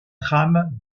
trame